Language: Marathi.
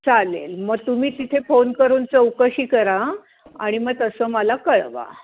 चालेल मग तुम्ही तिथे फोन करून चौकशी करा आणि मग तसं मला कळवा